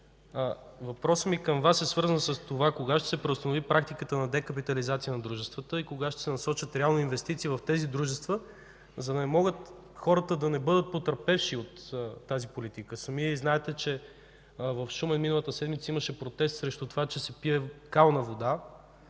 въпросът ми към Вас е: кога ще се преустанови практиката на декапитализация на дружествата? Кога ще се насочват реални инвестиции в тези дружества, за да не бъдат хората потърпевши от тази политика? Знаете, че миналата седмица в Шумен имаше протест срещу това, че се пие кална вода.